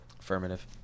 Affirmative